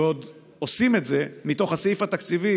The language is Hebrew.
ועוד עושים את זה מתוך הסעיף התקציבי